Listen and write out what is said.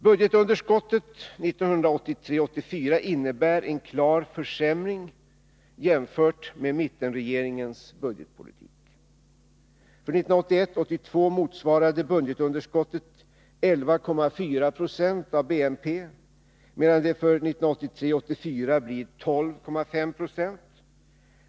Budgetunderskottet 1983 82 motsvarade budgetunderskottet 11,4 26 av BNP, medan det för 1983/84 blir 12,5 26.